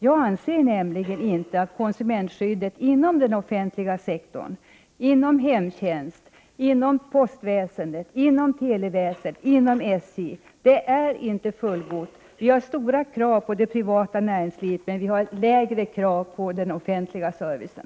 Jag anser nämligen att konsumentskyddet inom den offentliga sektorn, — hemtjänst, postväsendet, televäsendet och SJ —- inte är fullgott. Vi har stora krav på det privata näringslivet, men vi har lägre krav på den offentliga servicen.